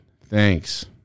Thanks